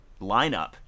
lineup